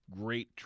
great